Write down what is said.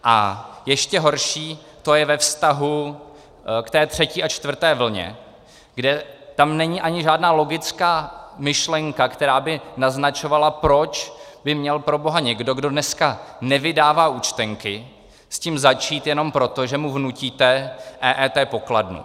A ještě horší to je ve vztahu k té třetí a čtvrté vlně, kde tam není ani žádná logická myšlenka, která by naznačovala, proč by měl proboha někdo, kdo dneska nevydává účtenky, s tím začít jenom proto, že mu vnutíte EET pokladnu.